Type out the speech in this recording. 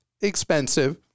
expensive